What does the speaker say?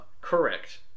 Correct